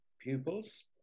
pupils